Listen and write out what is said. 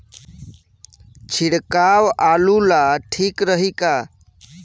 छिड़काव आलू ला ठीक रही का?